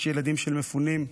יש ילדים של מפונים,